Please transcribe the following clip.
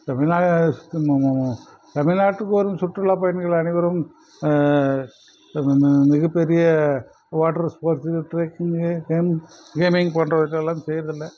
தமிழ் நாட தமிழ் நாட்டுக்கு வரும் சுற்றுலா பயணிகள் அனைவரும் மிக பெரிய வாட்ரு ஃபோர்ஸு ட்ரக்கிங்கு கேம்ஸ் கேமிங் போன்றவற்றையெல்லாம் செய்கிறதில்ல